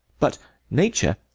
but nature,